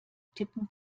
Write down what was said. tippen